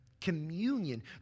communion